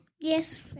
Yes